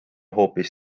hoopis